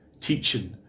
teaching